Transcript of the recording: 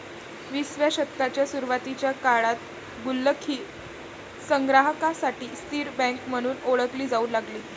विसाव्या शतकाच्या सुरुवातीच्या काळात गुल्लक ही संग्राहकांसाठी स्थिर बँक म्हणून ओळखली जाऊ लागली